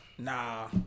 Nah